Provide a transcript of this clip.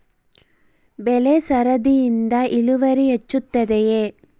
ಬೆಳೆ ಸರದಿಯಿಂದ ಇಳುವರಿ ಹೆಚ್ಚುತ್ತದೆಯೇ?